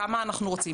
כמה אנחנו רוצים.